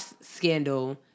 Scandal